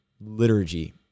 liturgy